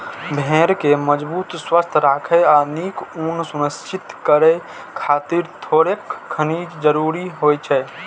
भेड़ कें मजबूत, स्वस्थ राखै आ नीक ऊन सुनिश्चित करै खातिर थोड़ेक खनिज जरूरी होइ छै